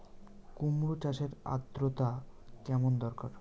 কুমড়ো চাষের আর্দ্রতা কেমন দরকার?